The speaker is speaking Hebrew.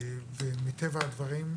מטבע הדברים,